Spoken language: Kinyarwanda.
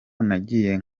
nagiye